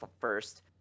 first